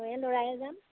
মইয়ে ল'ৰাই যাম